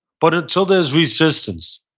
but until there's resistance,